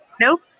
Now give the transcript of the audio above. Nope